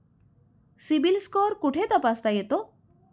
CIBIL score कुठे तपासता येतो?